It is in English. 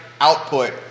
output